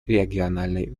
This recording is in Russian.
региональной